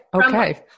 Okay